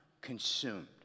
consumed